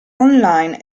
online